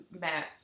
Matt